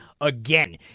again